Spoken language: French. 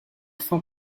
enfin